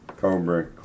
Cobra